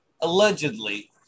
allegedly